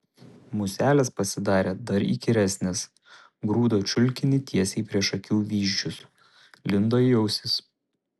muselės pasidarė dar įkyresnės grūdo čiulkinį tiesiai prieš akių vyzdžius lindo į ausis